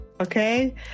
Okay